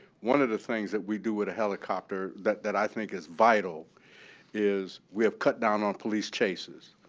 one of the things that we do with a helicopter that that i think is vital is we have cut down on police chases.